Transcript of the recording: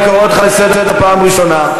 אני קורא אותך לסדר בפעם הראשונה.